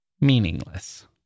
meaningless